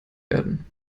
werden